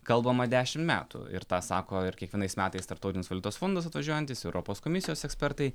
kalbama dešim metų ir tą sako ir kiekvienais metais tarptautinis valiutos fondas atvažiuojantis europos komisijos ekspertai